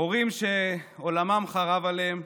הורים שעולמם חרב עליהם,